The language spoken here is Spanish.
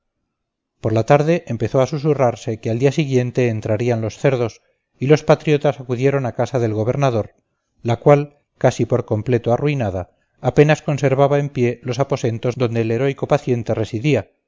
por la tarde empezó a susurrarse que al día siguiente entrarían los cerdos y los patriotas acudieron a casa del gobernador la cual casi por completo arruinada apenas conservaba en pie los aposentos donde el heroico paciente residía